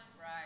Right